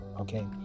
okay